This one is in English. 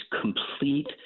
complete